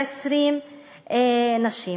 עשרה בעד, אחד נגד.